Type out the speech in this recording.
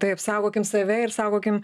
taip saugokim save ir saugokim